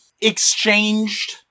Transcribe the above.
exchanged